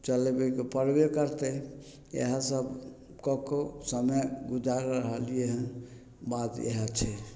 चलबयके पड़बे करतय इएह सब कऽ कऽ समय गुजारि रहलियै हऽ बात इएह छै